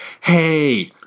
hey